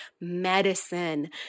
medicine